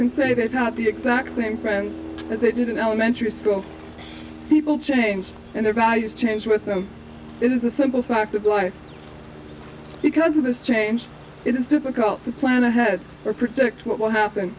can say that's not the exact same friends they did an elementary school people change their values change with them it is a simple fact of life because of this change it is difficult to plan ahead for predict what will happen